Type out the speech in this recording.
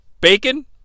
bacon